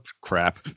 crap